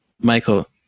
michael